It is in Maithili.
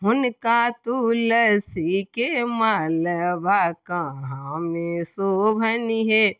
हुनका तुलसीके मलबा कहाँमे शोभनि हे